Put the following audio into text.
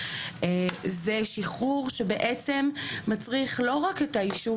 זה שחרור שבעצם מצריך לא רק את האישור